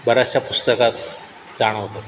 बऱ्याचशा पुस्तकात जाणवतो